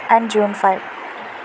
and June five